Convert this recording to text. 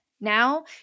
Now